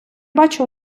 бачу